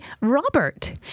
Robert